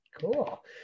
Cool